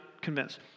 convinced